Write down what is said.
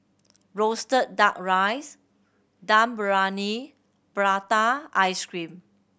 roasted Duck Rice Dum Briyani prata ice cream